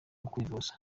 kwivuza